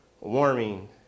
warming